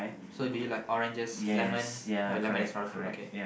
so do you like oranges lemon no lemon is not a fruit okay